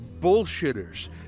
bullshitters